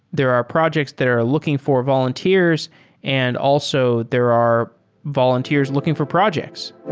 there are projects that are looking for volunteers and also there are volunteers looking for projects.